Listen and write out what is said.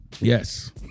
Yes